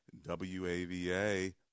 WAVA